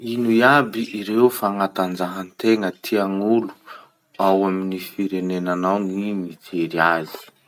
Ino iaby ireo fanatanjahategna tiagn'olo ao amin'ny firenanao ny mijery azy?